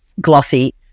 glossy